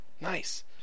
Nice